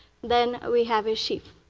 then we have a sheath.